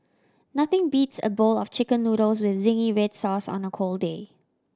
nothing beats a bowl of Chicken Noodles with zingy red sauce on a cold day